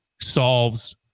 solves